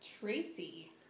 Tracy